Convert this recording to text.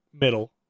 middle